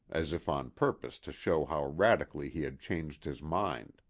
as if on purpose to show how radically he had changed his mind.